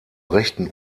rechten